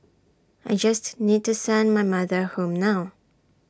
I just need to send my mother home now